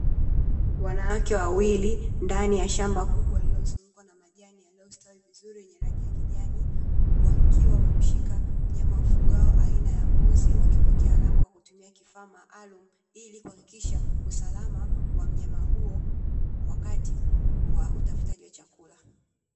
Wanawake wawili ndani ya shamba kubwa lililozungukwa, na majani yaliyostawi vizuri yenye rangi ya kijani. Wakiwa wameshika wanyama wafugwao aina ya mbuzi, wakimuwekea alama kw akutumia kifaa maalum. Ili kuhakikisha usalama wa mnyama huyo wakati wa utafutaji wa chakula.